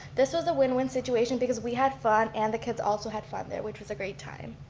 this was a win win situation because we had fun and the kids also had fun there, which was a great time.